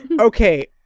Okay